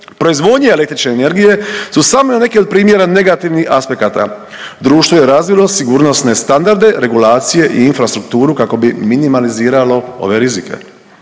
proizvodnje električne energije su samo neki od primjera negativnih aspekata. Društvo je razvilo sigurnosne standarde, regulacije i infrastrukturu kako bi minimaliziralo ove rizike.